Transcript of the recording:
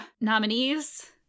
nominees